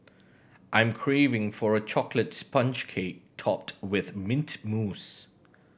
I'm craving for a chocolate sponge cake topped with mint mousse